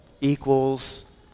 equals